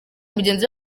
mugenzi